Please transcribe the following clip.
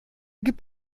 gibt